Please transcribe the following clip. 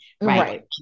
right